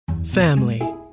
family